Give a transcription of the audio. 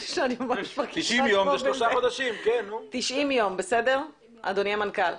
90 יום, בסדר, אדוני המנכ"ל?